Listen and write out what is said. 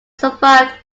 survived